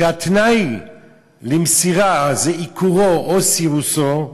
שהתנאי למסירה הוא עיקורו או סירוסו,